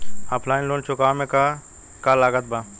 Offline loan चुकावे म का का लागत बा?